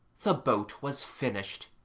the boat was finished.